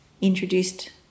introduced